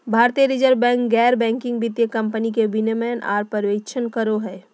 भारतीय reserve bank गैर banking वित्तीय कम्पनी के विनियमन आर पर्यवेक्षण करो हय